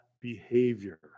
behavior